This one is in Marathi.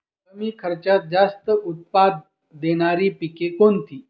कमी खर्चात जास्त उत्पाद देणारी पिके कोणती?